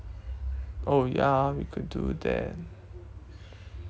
oh ya ah we could do that